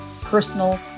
personal